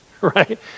right